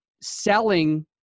selling